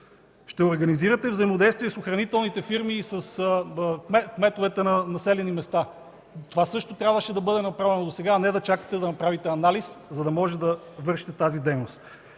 Ще организирате взаимодействие с охранителните фирми и с кметовете на населени места. Това също трябваше да бъде направено досега, а не да чакате да направите анализ, за да може да вършите тази дейност.